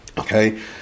Okay